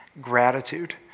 gratitude